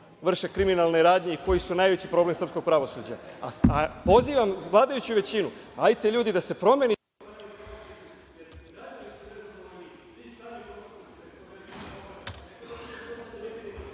vrše kriminalne radnje i koji su najveći problem srpskog pravosuđa. Pozivam vladajuću većinu, hajte ljudi da se promeni…